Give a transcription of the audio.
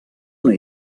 una